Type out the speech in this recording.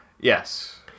Yes